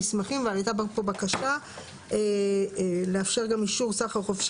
תנאים למתן אישור כאמור"; אנחנו מדברים על אישור ייצור נאות.